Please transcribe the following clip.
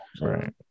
right